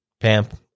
Pamp